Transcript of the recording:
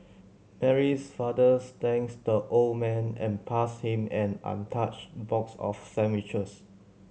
Mary's father thanks the old man and passed him an untouched box of sandwiches